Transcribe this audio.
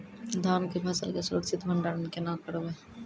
धान के फसल के सुरक्षित भंडारण केना करबै?